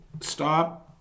stop